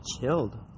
chilled